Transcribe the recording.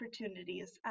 opportunities